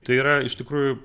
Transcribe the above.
tai yra iš tikrųjų